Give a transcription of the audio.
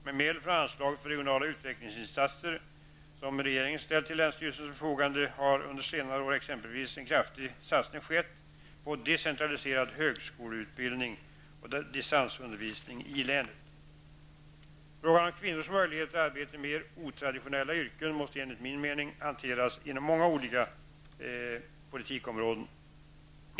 Med medel från anslaget för regionala utvecklingsinsatser, som regeringen ställt till länsstyrelsens förfogande, har under senare år exempelvis en kraftig satsning skett på decentraliserad högskoleutbildning och distansundervisning i länet. Frågan om kvinnors möjligheter till arbete i mer otraditionella yrken måste enligt min mening hanteras inom många olika politikområden.